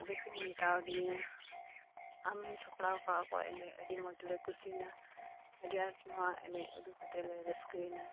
ᱟᱫᱚ ᱠᱚ ᱢᱮᱛᱟᱣ ᱫᱤᱧᱟᱹ ᱟᱢᱮᱢ ᱥᱟᱯᱲᱟᱣ ᱠᱟᱜ ᱠᱚᱣᱟ ᱮᱱᱮᱡ ᱟᱹᱰᱤ ᱢᱚᱡᱽ ᱞᱮ ᱠᱩᱥᱤᱭᱱᱟ ᱟᱰᱤ ᱟᱸᱴ ᱱᱚᱣᱟ ᱮᱱᱮᱡ ᱩᱫᱩᱜ ᱠᱟᱛᱮᱫ ᱞᱮ ᱨᱟᱹᱥᱠᱟᱹᱭᱱᱟ